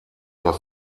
der